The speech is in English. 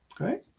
Okay